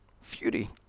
Fury